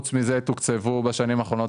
תוקצבו בשנים האחרונות